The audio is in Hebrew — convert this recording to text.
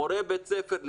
מורה בבית ספר,